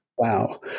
wow